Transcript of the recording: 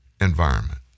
environment